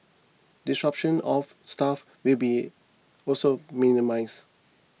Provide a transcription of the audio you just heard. disruption of staff will be also minimised